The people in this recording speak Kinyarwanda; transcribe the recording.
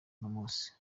munsi